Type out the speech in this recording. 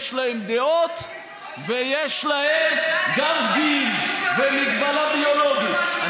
יש להם דעות ויש להם גם גיל ומגבלה ביולוגית.